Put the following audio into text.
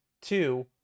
Two